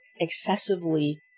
excessively